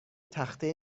تخته